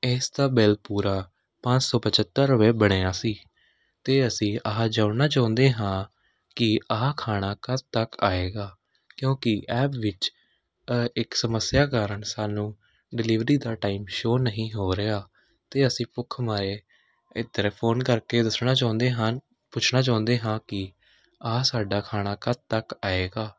ਇਸਦਾ ਬਿੱਲ ਪੂਰਾ ਪੰਜ ਸੌ ਪੰਝੱਤਰ ਰੁਪਏ ਬਣਿਆ ਸੀ ਅਤੇ ਅਸੀਂ ਆਹ ਜਾਣਨਾ ਚਾਹੁੰਦੇ ਹਾਂ ਕਿ ਆਹ ਖਾਣਾ ਕਦੋਂ ਤੱਕ ਆਏਗਾ ਕਿਉਂਕਿ ਐਪ ਵਿੱਚ ਇੱਕ ਸਮੱਸਿਆ ਕਾਰਨ ਸਾਨੂੰ ਡਿਲੀਵਰੀ ਦਾ ਟਾਈਮ ਸ਼ੋਅ ਨਹੀਂ ਹੋ ਰਿਹਾ ਅਤੇ ਅਸੀਂ ਭੁੱਖ ਮਾਰੇ ਇੱਕ ਤਰ੍ਹਾਂ ਫੋਨ ਕਰ ਕੇ ਦੱਸਣਾ ਚਾਹੁੰਦੇ ਹਨ ਪੁੱਛਣਾ ਚਾਹੁੰਦੇ ਹਾਂ ਕਿ ਆਹ ਸਾਡਾ ਖਾਣਾ ਕਦੋਂ ਤੱਕ ਆਏਗਾ